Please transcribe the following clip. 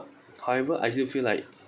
however I still feel like